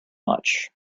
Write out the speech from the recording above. much